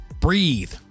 breathe